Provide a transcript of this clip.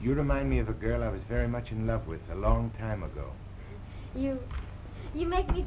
you don't mind me as a girl i was very much in love with a long time ago you make